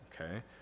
okay